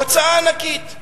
הוצאה ענקית.